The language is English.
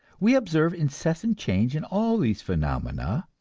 we observe incessant change in all these phenomena,